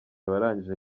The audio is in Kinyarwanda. abarangije